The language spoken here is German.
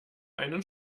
einen